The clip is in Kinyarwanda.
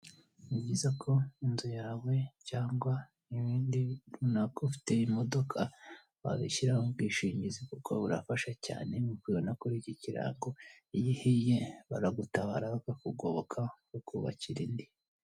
Ni byiza ko inzu yawe cyangwa ibindi runaka ufite imodoka wabishyiraho ubwishingizi kuko burafasha cyane nkuko ubibona kuri iki kirango. Iyo ihiye baragutabara bakakugoboka bakakubakira indi.